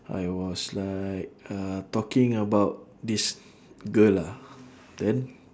I was like uh talking about this girl ah then